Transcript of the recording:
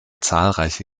zahlreiche